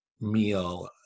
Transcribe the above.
meal